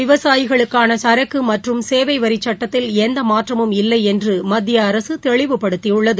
விவசாயிகளுக்கான சரக்கு மற்றும் சேவை வரிச் சுட்டத்தில் எந்த மாற்றமும் இல்லை என்று மத்திய அரசு தெளிவுபடுத்தியுள்ளது